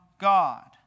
God